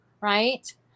right